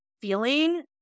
feeling